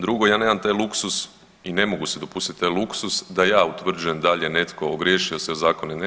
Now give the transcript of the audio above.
Drugo ja nemam taj luksuz, i ne mogu si dopustiti taj luksuz da ja utvrđujem da li je netko ogriješio se o zakon ili ne.